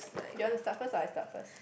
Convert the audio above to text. you want to start first or I start first